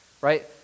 right